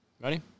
Ready